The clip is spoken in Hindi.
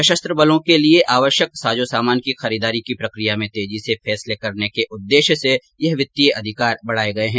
सशस्त्र बलों के लिए आवश्यक साजो सामान की खरीदेदारी की प्रकिया में तेजी से फैसले करने के उद्देश्य से यह वित्तीय अधिकार बढ़ाये गये हैं